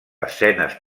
escenes